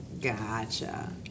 Gotcha